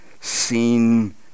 seen